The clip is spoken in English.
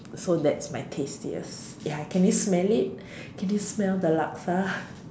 so that's my tastiest ya can you smell it can you smell the Laksa